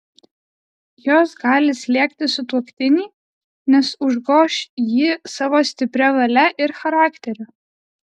jos gali slėgti sutuoktinį nes užgoš jį savo stipria valia ir charakteriu